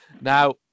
now